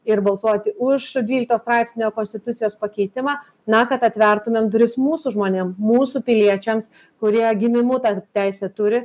ir balsuoti už dvylikto straipsnio konstitucijos pakeitimą na kad atvertumėm duris mūsų žmonėm mūsų piliečiams kurie gimimu ten teisę turi